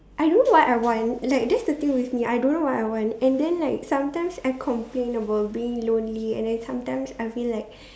I don't know what I want like that's the thing with me I don't know what I want and then like sometimes I complain about being lonely and then sometimes I feel like